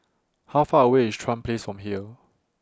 How Far away IS Chuan Place from here